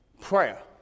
Prayer